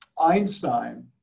Einstein